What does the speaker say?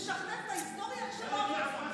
משכתב את ההיסטוריה איך שנוח לך.